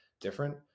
different